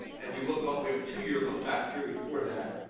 and we look ah we have a two year look-back period for that,